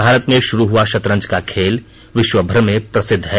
भारत में शुरू हुआ शतरंज का खेल विश्वभर में प्रसिद्ध है